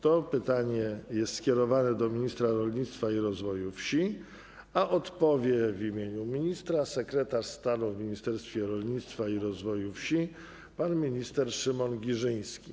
To pytanie jest skierowane do ministra rolnictwa i rozwoju wsi, a odpowie w imieniu ministra sekretarz stanu w Ministerstwie Rolnictwa i Rozwoju Wsi pan minister Szymon Giżyński.